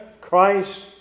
Christ